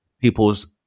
people's